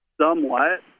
somewhat